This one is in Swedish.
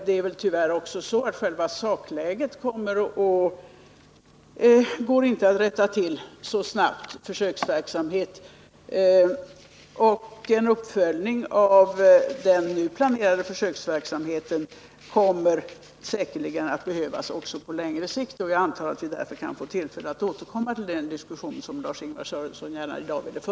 Det är väl tyvärr också så att det inte går att så snabbt rätta till själva sakläget genom en försöksverksamhet, utan en uppföljning av den nu planerade försöksverksamheten kommer säkerligen att behövas också på längre sikt. Jag antar att vi därför kan få tillfälle att återkomma till den diskussion som Lars-Ingvar Sörenson gärna i dag ville föra.